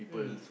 mm